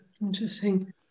Interesting